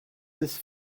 this